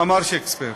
אמר שייקספיר.